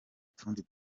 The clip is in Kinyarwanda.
tundi